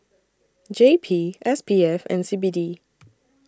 J P S P F and C B D